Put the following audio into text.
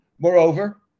Moreover